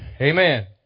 Amen